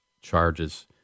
charges